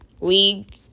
League